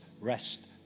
rest